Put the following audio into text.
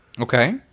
Okay